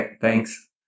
Thanks